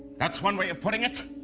that's one way of putting it